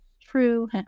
true